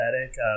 aesthetic